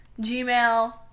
gmail